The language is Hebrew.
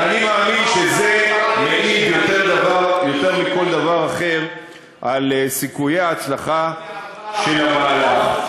ואני מאמין שזה מעיד יותר מכל דבר אחר על סיכויי ההצלחה של המהלך.